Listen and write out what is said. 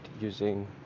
using